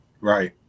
Right